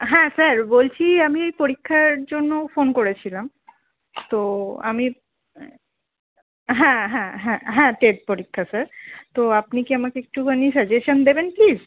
হ্যাঁ স্যার বলছি আমি পরীক্ষার জন্য ফোন করেছিলাম তো আমি হ্যাঁ হ্যাঁ হ্যাঁ হ্যাঁ টেট পরীক্ষা স্যার তো আপনি কি আমাকে একটুখানি সাজেশান দেবেন প্লিস